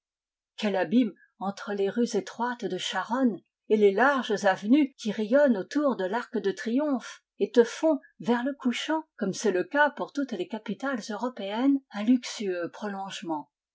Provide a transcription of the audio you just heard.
quel abîme entre les rues étroites de charonne et les larges avenues qui rayonnent autour de larcde triomphe et te font vers le couchant comme c'est le cas pour toutes les capitales européennes un luxueux prolongement